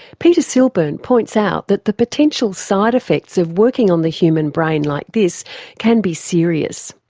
peter silburn points out that the potential side effects of working on the human brain like this can be serious,